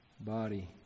body